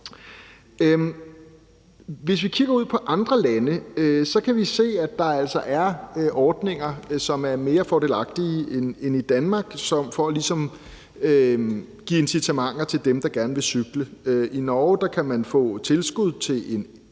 Hvis vi kigger ud på andre lande, kan vi se, at der altså er ordninger, som er mere fordelagtige end i Danmark, for ligesom at give incitamenter til dem, der gerne vil cykle. I Norge kan man få tilskud til en